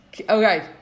okay